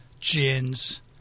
gins